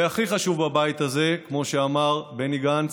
והכי חשוב בבית הזה, כמו שאמר בני גנץ,